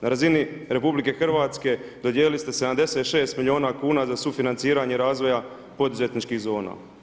Na razini RH dodijelili ste 76 milijuna kuna za sufinanciranje razvoja poduzetničkih zona.